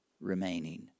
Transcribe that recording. remaining